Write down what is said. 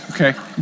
Okay